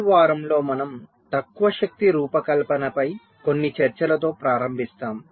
ఈ వారంలో మనం తక్కువ శక్తి రూపకల్పనపై కొన్ని చర్చలతో ప్రారంభిస్తాము